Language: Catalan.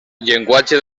llenguatge